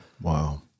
Wow